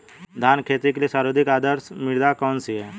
धान की खेती के लिए सर्वाधिक आदर्श मृदा कौन सी है?